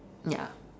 ya